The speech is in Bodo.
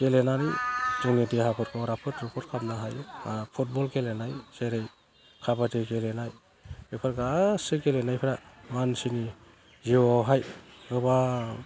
गेलेनानै जोंनि देहाफोरखौ राफोद रुफोद खालामनो हायो फुटबल गेलेनाय जेरै खाबाडि गेलेनाय बेफोर गासै गेलेनायफोरा मानसिनि जिउआवहाय गोबां